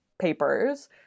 papers